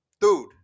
dude